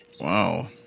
Wow